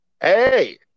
hey